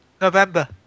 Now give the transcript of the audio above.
November